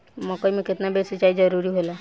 मकई मे केतना बेर सीचाई जरूरी होला?